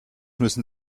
müssen